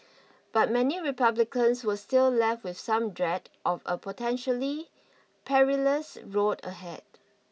but many republicans were still left with some dread of a potentially perilous road ahead